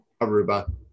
Aruba